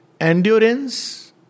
endurance